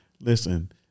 Listen